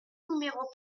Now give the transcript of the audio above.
numéro